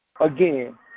Again